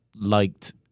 liked